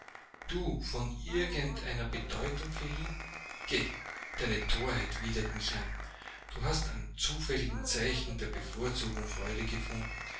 du von irgend einer bedeutung für ihn geh deine thorheit widert mich an du hast an zufälligen zeichen der bevorzugung freude gefunden